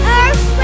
Earth